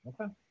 Okay